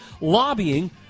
lobbying